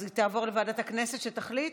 אז היא תעבור לוועדת הכנסת שתחליט?